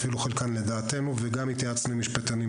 אפילו חלקן לדעתנו וגם התייעצנו עם משפטנים,